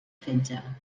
fetge